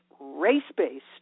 race-based